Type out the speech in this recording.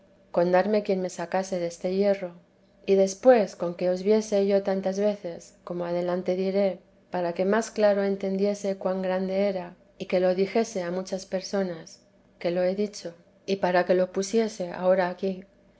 darme quien me sacase deste yerro y después con que os viese yo tantas veces como adelante diré para que más claro entendiese cuan grande era y que lo dijese a muchas personas que lo he dicho y para que lo pusiese ahora aquí